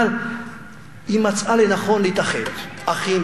אבל היא מצאה לנכון להתאחד: אחים,